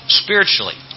spiritually